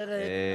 אחרת,